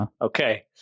okay